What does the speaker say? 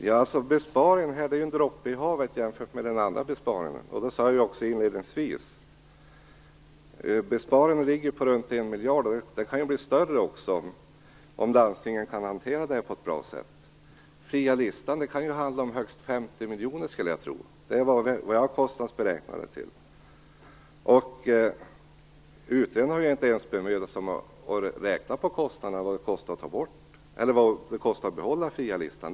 Fru talman! Denna besparing är en droppe i havet jämfört med den andra besparingen, som jag också sade inledningsvis. Den besparingen ligger på runt 1 miljard kronor, och den kan bli större om landstingen kan hantera detta på ett bra sätt. När det gäller den fria listan kan det handla om högst 50 miljoner kronor, skulle jag tro. Det är min kostnadsberäkning. Utredningen har inte ens bemödat sig om att räkna ut vad det kostar att behålla den fria listan.